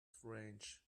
strange